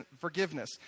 forgiveness